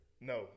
No